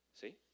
See